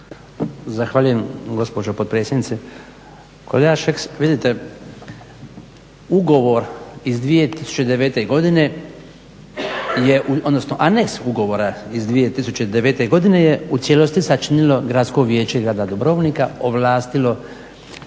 Zahvaljujem gospođo potpredsjednice. Kolega Šeks vidite ugovor iz 2009.godine odnosno aneks ugovora iz 2009.godine je u cijelosti sačinilo Gradsko vijeće grada Dubrovnika ovlastilo